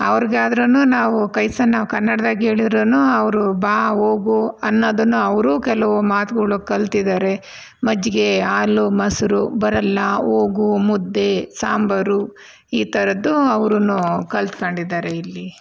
ಅವರಿಗಾದ್ರುನೂ ನಾವು ಕೈ ಸನ್ನೆ ನಾವು ಕನ್ನಡದಾಗೆ ಹೇಳಿದ್ರುನೂ ಅವರು ಬಾ ಹೋಗು ಅನ್ನೋದನ್ನು ಅವರೂ ಕೆಲವು ಮಾತುಗಳು ಕಲ್ತಿದ್ದಾರೆ ಮಜ್ಜಿಗೆ ಹಾಲು ಮೊಸರು ಬರಲ್ಲ ಹೋಗು ಮುದ್ದೆ ಸಾಂಬರು ಈ ಥರದ್ದು ಅವರುನೂ ಕಲಿತ್ಕೊಂಡಿದ್ದಾರೆ ಇಲ್ಲಿ